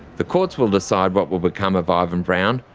the courts will decide what will become of ivan brown,